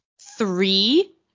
three